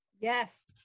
Yes